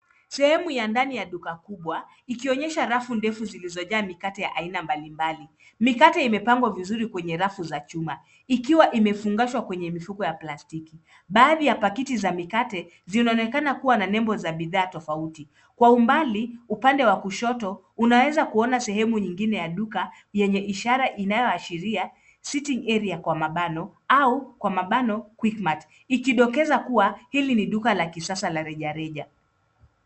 Sehemu ya ndani ya duka kubwa ikionyesha rafu ndefu zilizojaa mikate ya aina mbalimbali. Mikate imepangwa vizuri kwenye rafu za chuma ikiwa imefungashwa kwenye mifuko ya plastiki. Baadhi ya pakiti za mikate zina onekana kuwa na nembo za bidhaa tofauti. Kwa umbali upande wa kushoto, unaweza kuona sehemu nyingine ya duka yenye ishara inayoashiria sitting area kwa mabano au kwa mabano QuickMart ikidokeza kuwa hili ni duka la kisasa la reja reja.